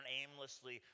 aimlessly